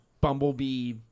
bumblebee